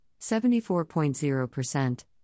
74.0%